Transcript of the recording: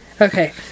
Okay